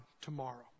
tomorrow